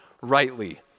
rightly